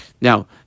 Now